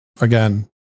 again